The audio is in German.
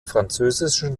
französischen